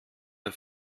der